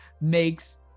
makes